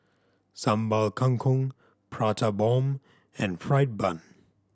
Sambal Kangkong Prata Bomb and fried bun